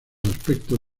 aspectos